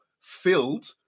filled